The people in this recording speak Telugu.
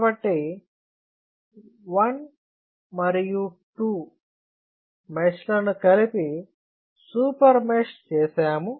కాబట్టి 1 మరియు 2 మెష్ లను కలిపి సూపర్ మెష్ చేసాము